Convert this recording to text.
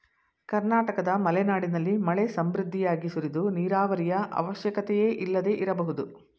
ಕರ್ನಾಟಕದ ಮಲೆನಾಡಿನಲ್ಲಿ ಮಳೆ ಸಮೃದ್ಧಿಯಾಗಿ ಸುರಿದು ನೀರಾವರಿಯ ಅವಶ್ಯಕತೆಯೇ ಇಲ್ಲದೆ ಇರಬಹುದು